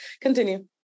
Continue